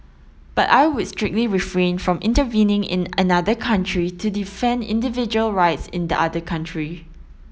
but I would strictly refrain from intervening in another country to defend individual rights in the other country